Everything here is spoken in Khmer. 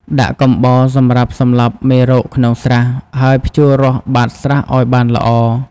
ដាក់កំបោរសម្រាប់សម្លាប់មេរោគក្នុងស្រះ ហើយភ្ជួររាស់បាតស្រះឲ្យបានល្អ។